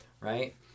Right